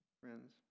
Friends